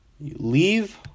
Leave